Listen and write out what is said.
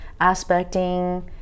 aspecting